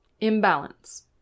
imbalance